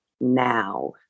now